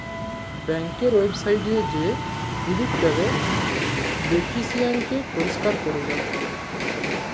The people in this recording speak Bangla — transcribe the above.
ব্যাংকের ওয়েবসাইটে যাঁয়ে ডিলিট ট্যাবে বেলিফিসিয়ারিকে পরিষ্কার ক্যরে দিয়া যায়